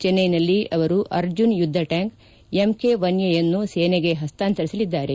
ಚೆನ್ನೈನಲ್ಲಿ ಅವರು ಅರ್ಜುನ್ ಯುದ್ದ ಟ್ಲಾಂಕ್ ಎಂಕೆ ಒನ್ ಎ ಅನ್ನು ಸೇನೆಗೆ ಹಸ್ತಾಂತರಿಸಲಿದ್ದಾರೆ